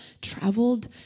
traveled